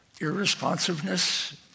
irresponsiveness